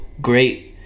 great